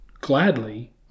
gladly